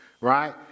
Right